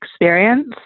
experience